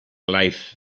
life